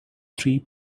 three